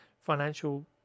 financial